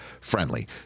friendly